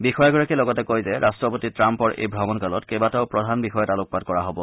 বিষয়াগৰাকীয়ে লগতে কয় যে ৰাট্টপতি ট্ৰাম্পৰ এই ভ্ৰমণকালত কেইবাটাও প্ৰধান বিষয়ত আলোকপাত কৰা হ'ব